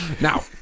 Now